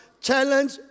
challenge